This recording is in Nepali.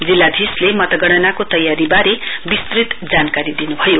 जिल्लाधीशले मतगणनाको तयारीवारे विस्तुत जानकारी दिनुभयो